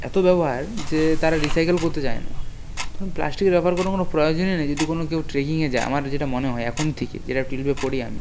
এত ব্যবহার যে তারা রিসাইকেল করতে জানে না প্লাস্টিকের ব্যবহার কোনো কোনো প্রয়োজনই নেই যদি কোনো কেউ ট্রেকিংয়ে যায় আমার যেটা মনে হয় এখন থেকে যেটা টুয়েলভে পড়ি আমি